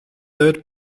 third